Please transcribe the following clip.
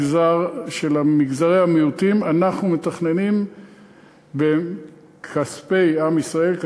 במגזרי המיעוטים אנחנו מתכננים מכספי עם ישראל,